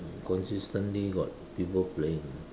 consistently got people playing